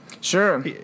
Sure